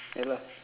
ya lah